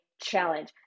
challenge